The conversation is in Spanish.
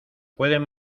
pueden